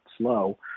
slow